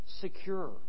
secure